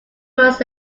months